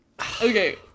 Okay